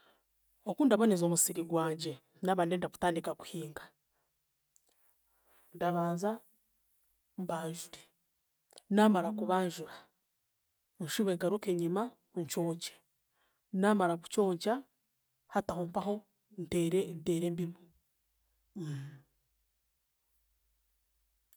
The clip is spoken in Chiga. Okundaboneza omusiri gwangye, naaba ndenda kutandika kuhinga; ndabanza mbanjure, naamara kubanjura, nshube ngaruke enyima nkyonkye, naamara kukyonkya hati aho mpaho nteere, nteere embibo.